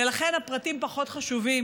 ולכן הפרטים פחות חשובים,